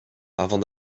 avant